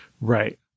Right